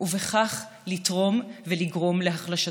ובכך לתרום ולגרום להחלשתה.